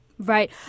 Right